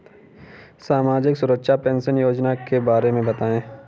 सामाजिक सुरक्षा पेंशन योजना के बारे में बताएँ?